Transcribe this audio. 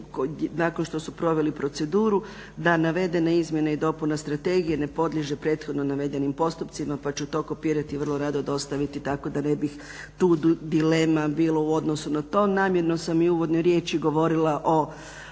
Nakon što su proveli proceduru da navedene izmjene i dopune strategije ne podliježe prethodno navedenim postupcima pa ću to kopirati i vrlo rado dostaviti tako da ne bi tu dilema bilo u odnosu na to. Namjerno sam i u uvodnoj riječi govorila o